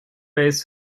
based